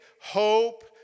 hope